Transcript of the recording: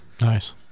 Nice